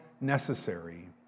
necessary